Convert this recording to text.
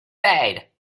bed